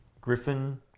Griffin